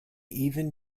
even